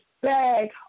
bag